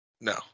No